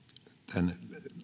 tämän